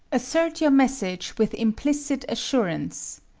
assert your message with implicit assurance,